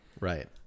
Right